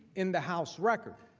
in the house record